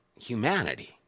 humanity